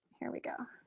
here we go.